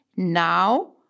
Now